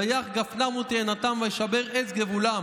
ויך גפנם ותאנתם וישַׁבֵּר עץ גבולם.